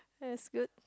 that's good